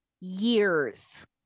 years